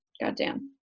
goddamn